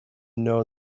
know